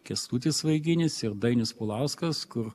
kęstutis vaiginis ir dainius paulauskas kur